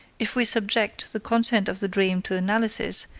if we subject the content of the dream to analysis,